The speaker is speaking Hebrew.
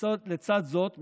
לצד זאת,